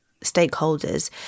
stakeholders